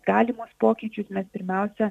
galimus pokyčius mes pirmiausia